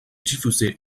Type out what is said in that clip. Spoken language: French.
diffusée